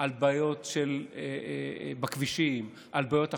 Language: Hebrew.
על בעיות בכבישים, על בעיות אחרות.